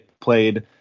played